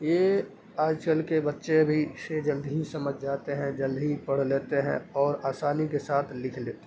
یہ آج کل کے بچے بھی اسے جلد ہی سمجھ جاتے ہیں جلد ہی پڑھ لیتے ہیں اور آسانی کے ساتھ لکھ لیتے ہیں